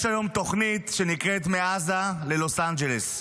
יש היום תוכנית שנקראת מעזה ללוס אנג'לס,